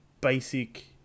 basic